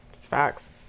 Facts